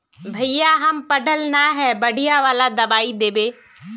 भैया हम पढ़ल न है बढ़िया वाला दबाइ देबे?